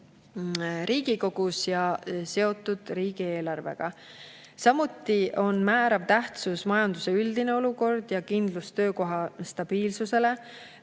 Riigikogus ja seotud riigieelarvega. Samuti on määrava tähtsusega majanduse üldine olukord ja töökoha stabiilsus.